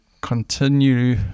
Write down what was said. continue